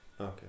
Okay